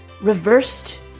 reversed